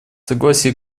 согласия